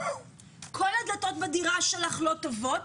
כל הדלתות בדירה שלך לא טובות.